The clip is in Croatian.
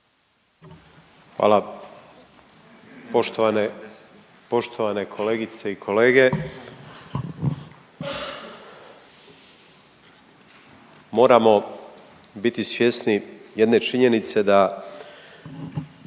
Hvala. Poštovane kolegice i kolege. Moramo biti svjesni jedne činjenice da